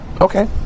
Okay